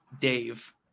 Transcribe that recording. Dave